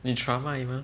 你 trauma 而已 mah